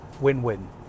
win-win